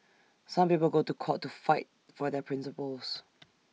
some people go to court to fight for their principles